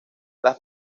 las